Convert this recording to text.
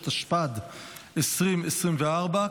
התשפ"ד 2024,